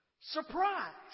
Surprise